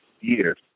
years